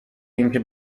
اینکه